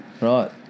Right